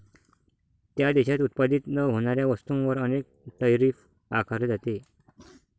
त्या देशात उत्पादित न होणाऱ्या वस्तूंवर अनेकदा टैरिफ आकारले जाते